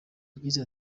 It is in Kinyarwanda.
yagize